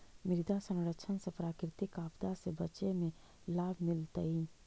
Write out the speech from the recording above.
मृदा संरक्षण से प्राकृतिक आपदा से बचे में लाभ मिलतइ